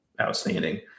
outstanding